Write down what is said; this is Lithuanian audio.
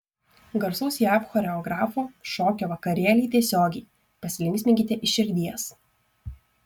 garsaus jav choreografo šokio vakarėliai tiesiogiai pasilinksminkite iš širdies